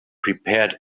prepared